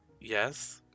Yes